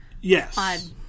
Yes